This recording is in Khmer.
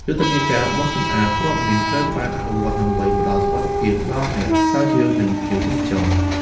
យុទ្ធនាការបោសសម្អាតគ្រាប់មីនត្រូវបានអនុវត្តដើម្បីផ្តល់សុវត្ថិភាពដល់អ្នកស្រាវជ្រាវ និងភ្ញៀវទេសចរ។